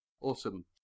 Awesome